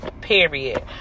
period